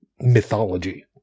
mythology